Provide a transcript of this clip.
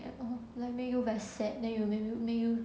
like oh make you very sad then make you make you